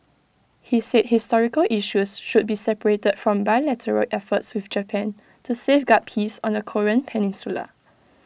he said historical issues should be separated from bilateral efforts with Japan to safeguard peace on the Korean peninsula